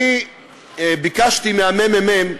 ביקשתי מהממ"מ,